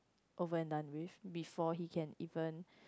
over and done with before he can even